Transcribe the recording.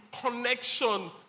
connection